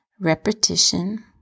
Repetition